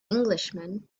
englishman